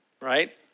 right